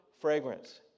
fragrance